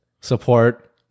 support